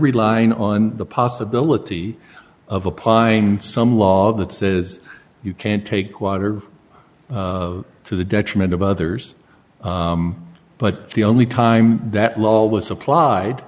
relying on the possibility of a pine some law that says you can't take water to the detriment of others but the only time that law was applied